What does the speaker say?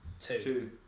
Two